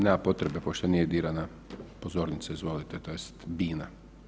Nema potrebe pošto nije dirana pozornica, izvolite tj. bina.